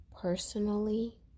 personally